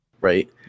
right